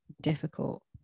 difficult